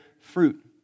fruit